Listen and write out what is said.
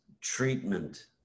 treatment